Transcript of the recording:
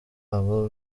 abo